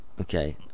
Okay